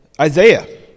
Isaiah